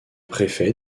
préfet